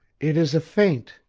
it is a faint,